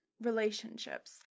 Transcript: relationships